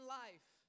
life